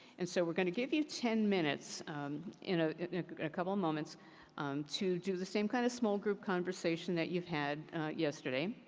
and so we're going to give you ten minutes in a couple of moments to do the same kind of small group conversation that you've had yesterday.